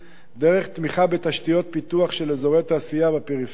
דרך תמיכה בתשתיות פיתוח של אזורי תעשייה בפריפריה,